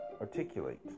articulate